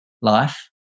life